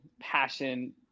passion